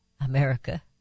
America